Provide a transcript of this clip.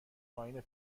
پایین